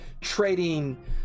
trading